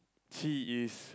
she is